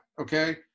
okay